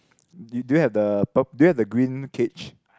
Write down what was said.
do you do you have the do you have the green cage